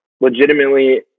legitimately